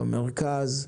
במרכז,